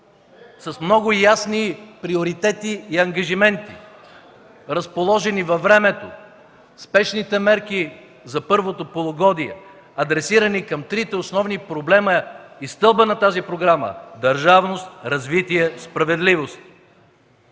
с много ясни приоритети и ангажименти, разположени във времето. Спешните мерки за първото полугодие, адресирани към трите основни проблема и стълбът на тази програма е държавност, развитие, справедливост